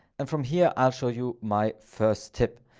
and from here, i'll show you my first tip.